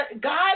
God